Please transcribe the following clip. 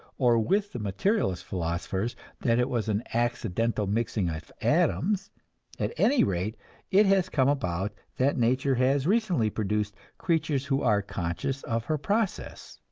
or with the materialist philosophers that it was an accidental mixing of atoms at any rate it has come about that nature has recently produced creatures who are conscious of her process,